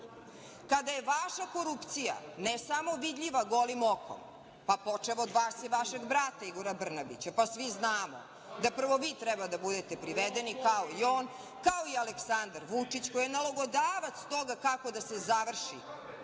Kada je vaša korupcije ne samo vidljiva golim okom, počev od vas i vašeg brata Igora Brnabića, pa svi znamo da prvo vi treba da budete privedeni kao i on, kao i Aleksandar Vučić koji je nalogodavac toga kako da se završi